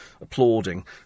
applauding